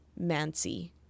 Mansi